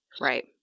right